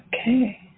Okay